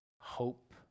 Hope